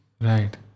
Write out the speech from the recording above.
Right